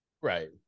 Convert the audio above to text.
Right